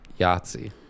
yahtzee